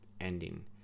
ending